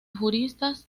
juristas